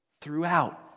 throughout